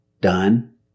done